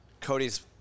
Cody's